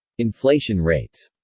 inflation rates